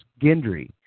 Gendry